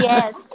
Yes